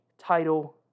title